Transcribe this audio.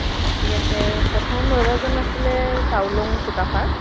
অ ঠিক আছে প্ৰথম ৰজাজন আছিলে চাওলুং চুকাফা